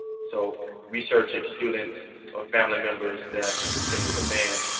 so researching students or family members that participated in the band,